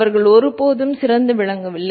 அவர்கள் ஒருபோதும் சிறந்து விளங்கவில்லை